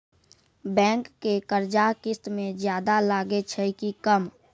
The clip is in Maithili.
बैंक के कर्जा किस्त मे ज्यादा लागै छै कि कम?